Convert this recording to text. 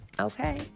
okay